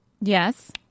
Yes